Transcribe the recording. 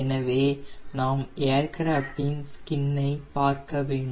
எனவே நாம் ஏர்கிராஃப்டின் ஸ்கினைபார்க்க வேண்டும்